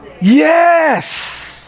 yes